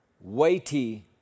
weighty